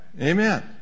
Amen